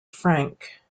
frank